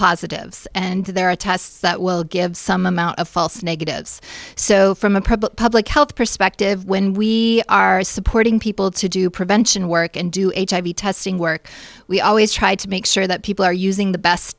positives and there are tests that will give some amount of false negatives so from a public public health perspective when we are supporting people to do prevention work and do hiv testing work we always try to make sure that people are using the best